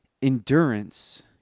endurance